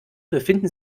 befinden